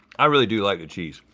i really do like the cheese.